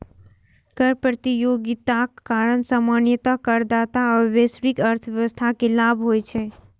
कर प्रतियोगिताक कारण सामान्यतः करदाता आ वैश्विक अर्थव्यवस्था कें लाभ होइ छै